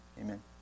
Amen